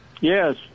Yes